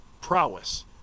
prowess